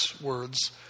words